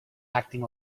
acting